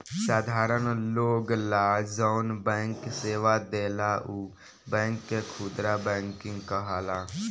साधारण लोग ला जौन बैंक सेवा देला उ बैंक के खुदरा बैंकिंग कहाला